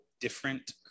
different